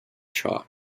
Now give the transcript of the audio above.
chalk